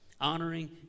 honoring